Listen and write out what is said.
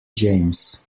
james